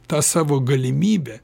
ta savo galimybe